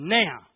now